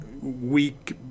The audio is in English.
weak